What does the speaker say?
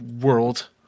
world